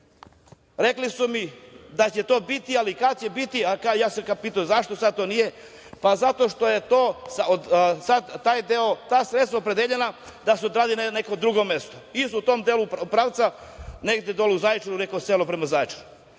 rekli su mi da će to biti, ali kad će biti… Pitao sam zašto sad to nije, pa zato što su sad ta sredstva opredeljena da se odradi neko drugo mesto isto u delu pravca, negde dole u Zaječaru, neko selo prema Zaječaru.E